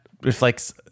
reflects